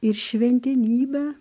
ir šventenybe